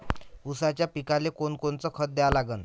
ऊसाच्या पिकाले कोनकोनचं खत द्या लागन?